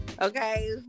Okay